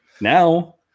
Now